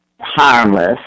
harmless